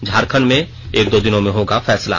झारखंड में एक दो दिनो में होगा फैसला